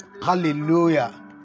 Hallelujah